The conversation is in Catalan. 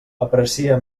aprecia